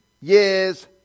years